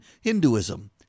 Hinduism